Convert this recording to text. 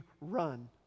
run